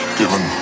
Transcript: given